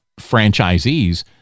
franchisees